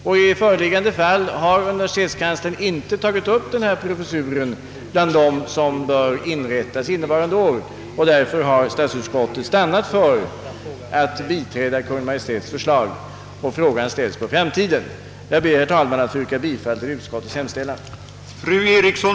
I föreliggande fall har universitetskanslersämbetet inte tagit upp denna professur bland dem som bör inrättas innevarande år, och därför har statsutskottet stannat för Kungl. Maj:ts förslag, och frågan ställts på framtiden. Jag ber, herr talman, att få yrka bifall till utskottets hemställan.